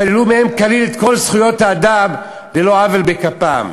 שללו מהם כליל את כל זכויות האדם על לא עוול בכפם.